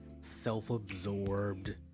self-absorbed